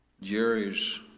Jerry's